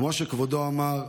כמו שכבודו אמר,